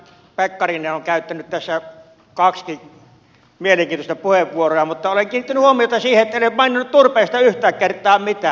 edustaja pekkarinen on käyttänyt tässä kaksikin mielenkiintoista puheenvuoroa mutta olen kiinnittänyt huomiota siihen ettei ole maininnut turpeesta yhtään kertaa mitään